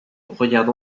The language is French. regarde